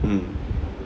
mm